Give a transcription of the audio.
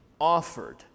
offered